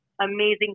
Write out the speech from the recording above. amazing